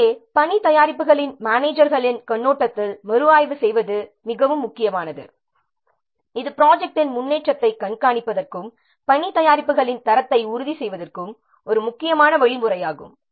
எனவே பணி தயாரிப்புகளின் மனேஜர்கள்களின் கண்ணோட்டத்தில் மறுஆய்வு செய்வது மிகவும் முக்கியமானது இது ப்ரொஜெக்ட்ன் முன்னேற்றத்தைக் கண்காணிப்பதற்கும் பணி தயாரிப்புகளின் தரத்தை உறுதி செய்வதற்கும் ஒரு முக்கியமான வழிமுறையாகும்